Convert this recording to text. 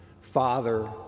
Father